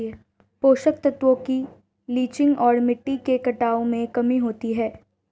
पोषक तत्वों की लीचिंग और मिट्टी के कटाव में कमी होती है